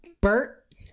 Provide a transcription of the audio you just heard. Bert